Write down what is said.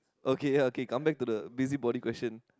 okay okay come back to the busybody question